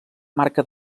marca